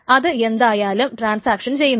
അത് എന്തായാലും ട്രാൻസാക്ഷൻ ചെയ്യുന്നുണ്ട്